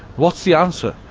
what's the answer?